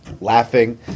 laughing